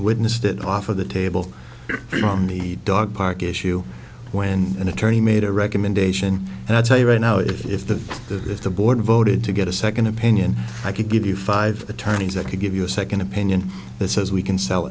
witnessed it off of the table from the dog park issue when an attorney made a recommendation and i tell you right now if the if the board voted to get a second opinion i could give you five attorneys that could give you a second opinion that says we can sell